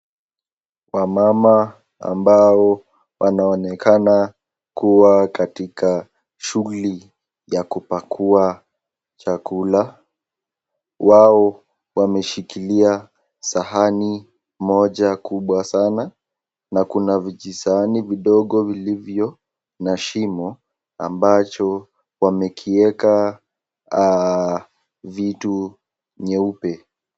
Wamama ambao wanaonekana kuwa katika shughuli ya kupakua chakula. Wao wameshikilia sahani moja kubwa sana, na kuna vijisahani vidogo vilivyo na shimo ambacho wamekiweka vitu vyeupe.